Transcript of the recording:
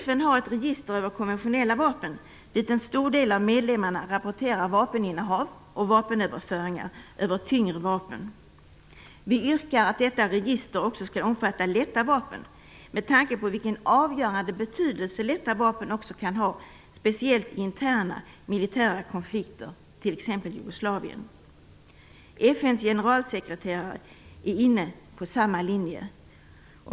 FN har ett register över konventionella vapen dit en stor del av medlemmarna rapporterar vapeninnehav och vapenöverföringar när det gäller tyngre vapen. Vi yrkar att detta register skall omfatta även lätta vapen, med tanke på den avgörande betydelse också lätta vapen kan ha, speciellt i interna militära konflikter, t.ex. i Jugoslavien. FN:s generalsekreterare är inne på samma linje.